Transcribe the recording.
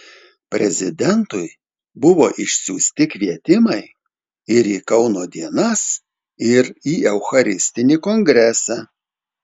prezidentui buvo išsiųsti kvietimai ir į kauno dienas ir į eucharistinį kongresą